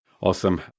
awesome